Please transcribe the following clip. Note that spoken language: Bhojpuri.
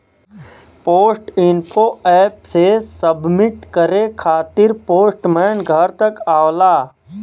पोस्ट इन्फो एप से सबमिट करे खातिर पोस्टमैन घर तक आवला